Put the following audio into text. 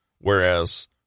whereas